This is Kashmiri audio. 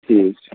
ٹھیٖک چھُ